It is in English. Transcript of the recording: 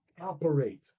operate